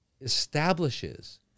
establishes